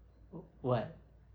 wh~ what